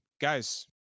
guys